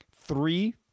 three